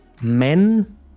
Men